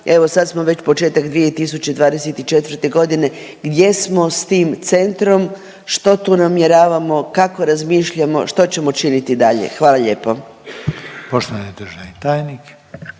evo, sad smo već početak 2024. g., gdje smo s tim centrom, što tu namjeravamo, kako razmišljamo, što ćemo činiti dalje? Hvala lijepo.